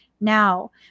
now